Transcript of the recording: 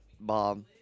Bob